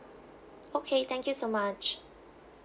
okay thank you so much